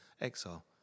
exile